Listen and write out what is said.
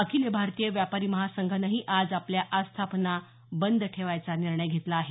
अखिल भारतीय व्यापारी महासंघानेही आज आपल्या आस्थापना बंद ठेवायचा निर्णय घेतला आहे